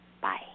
Bye